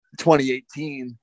2018